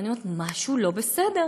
ואני אומרת: משהו לא בסדר.